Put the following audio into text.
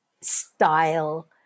style